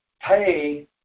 pay